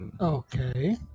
Okay